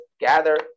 gather